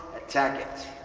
attack it.